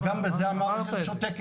וגם בזה המערכת שותקת.